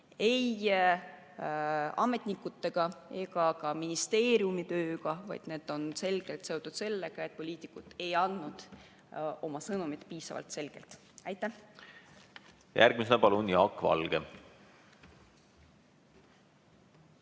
ei ametnikega ega ka ministeeriumi tööga, vaid need on selgelt seotud sellega, et poliitikud ei ole andnud oma sõnumit piisavalt selgelt edasi. Aitäh! Järgmisena palun Jaak Valge.